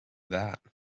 that